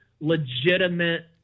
legitimate